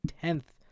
tenth